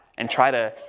and try to